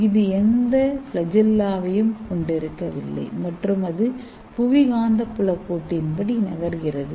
இது எந்த ஃபிளாஜெல்லாவையும் கொண்டிருக்கவில்லை மற்றும் அது புவி காந்தப்புலக் கோட்டின் படி நகர்கிறது